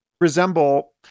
resemble